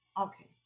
okay